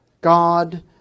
God